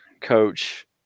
coach –